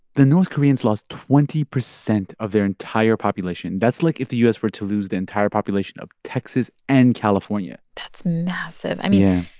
the north koreans lost twenty percent of their entire population. that's like if the u s. were to lose the entire population of texas and california that's massive yeah i mean,